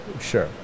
sure